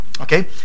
Okay